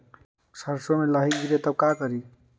सरसो मे लाहि गिरे तो का करि?